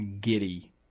giddy